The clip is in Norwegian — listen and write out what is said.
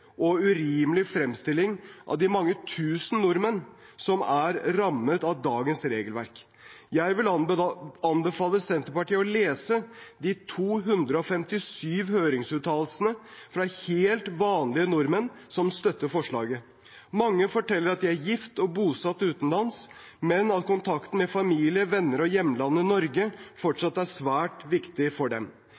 og urimelig fremstilling av de mange tusen nordmenn som er rammet av dagens regelverk. Jeg vil anbefale Senterpartiet å lese de 257 høringsuttalelsene, fra helt vanlige nordmenn, som støtter forslaget. Mange forteller at de er gift og bosatt utenlands, men at kontakten med familie, venner og hjemlandet Norge fortsatt er svært viktig for dem.